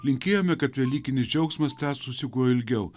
linkėjome kad velykinis džiaugsmas tęstųsi kuo ilgiau